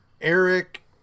eric